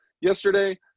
yesterday